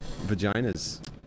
vaginas